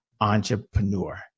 entrepreneur